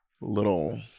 little